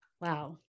Wow